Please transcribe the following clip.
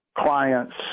clients